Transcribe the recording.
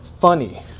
funny